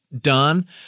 done